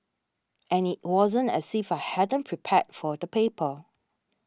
and it wasn't as if I hadn't prepared for the paper